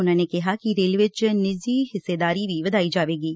ਉਨੂਾ ਨੇ ਕਿਹਾ ੱਕਿ ਰੇਲਵੇ ਚ ਨਿੱਜੀ ਹਿੱਸੇਦਾਰੀ ਵੀ ਵਧਾਈ ਜਾਵੇਗੀ